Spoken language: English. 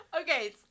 okay